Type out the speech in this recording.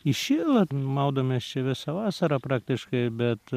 įšyla maudomės čia visą vasarą praktiškai bet